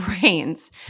brains